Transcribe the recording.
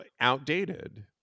outdated